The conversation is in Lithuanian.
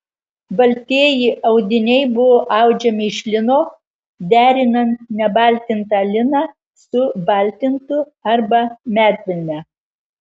baltieji audiniai buvo audžiami iš lino derinant nebaltintą liną su baltintu arba medvilne